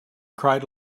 cried